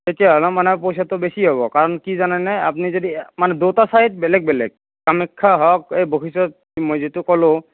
তেতিয়াহ'লে মানে পইচাটো বেছি হ'ব কাৰণ কি জানেনে আপুনি যদি দুটা চাইড বেলেগ বেলেগ কামাখ্যা হওক এই বশিষ্ট মই যিটো ক'লো